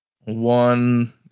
One